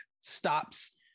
stops